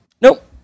Nope